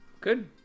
good